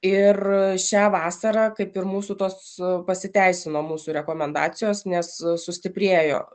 ir šią vasarą kaip ir mūsų tos pasiteisino mūsų rekomendacijos nes sustiprėjo